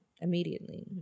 immediately